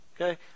Okay